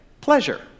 pleasure